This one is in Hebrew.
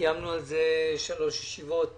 קיימנו שלוש ישיבות בנושא.